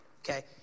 Okay